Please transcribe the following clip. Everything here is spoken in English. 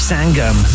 Sangam